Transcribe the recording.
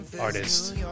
artist